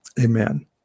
Amen